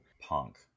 punk